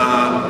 זה יהיה טוב.